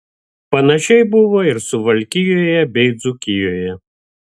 panašiai buvo ir suvalkijoje bei dzūkijoje